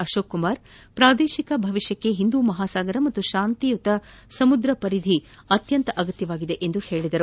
ಅಶೋಕ್ ಕುಮಾರ್ ಪ್ರಾದೇಶಿಕ ಭವಿಷ್ಕಕ್ಕೆ ಹಿಂದೂ ಮಹಾಸಾಗರ ಹಾಗೂ ಶಾಂತಿಯುತ ಸಮುದ್ರ ಪರಿಧಿ ಅತ್ಯಂತ ಅಗತ್ಯವಾಗಿದೆ ಎಂದರು